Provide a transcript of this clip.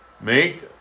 make